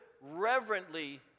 reverently